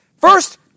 first